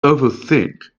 overthink